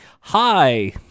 hi